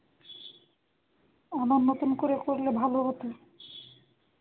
আবার নতুন করে করলে ভালো হতো